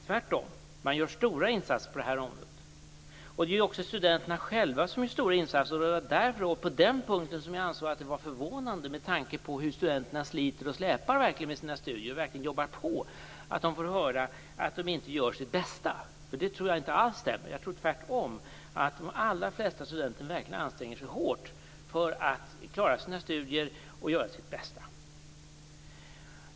Tvärtom görs stora insatser på det här området. Också studenterna själva gör stora insatser. Med tanke på hur studenterna sliter och släpar med sina studier och verkligen jobbar på anser jag att det är förvånande att de får höra att de inte gör sitt bästa. Det tror jag inte stämmer alls. Jag tror tvärtom att de allra flesta studenter verkligen anstränger sig hårt för att klara sina studier och göra sitt bästa.